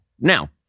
now